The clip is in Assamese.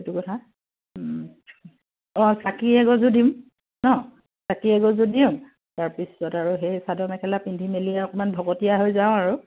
সেইটো কথা অ' চাকি এগছো দিম ন চাকি এগছো দিওঁ তাৰপিছত আৰু সেই চাদৰ মেখেলা পিন্ধি মেলি আৰু অকণমান ভকতীয়া হৈ যাওঁ আৰু